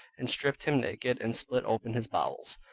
and stripped him naked, and split open his bowels.